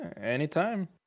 anytime